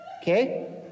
Okay